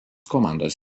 komandos